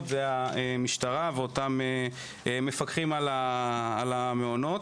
זה המשטרה ואותם מפקחים על המעונות,